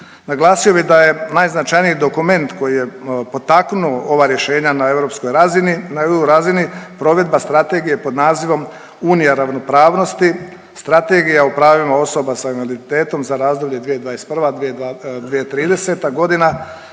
Naglasio bih da je najznačajniji dokument koji je potaknuo ova rješenja na europskoj razini, na EU razini provedba strategije pod nazivom Unija ravnopravnosti, strategija o pravima osoba sa invaliditetom za razdoblje 2021.-2030. godina.